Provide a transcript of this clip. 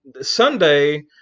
Sunday